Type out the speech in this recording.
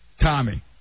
Tommy